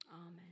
Amen